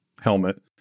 helmet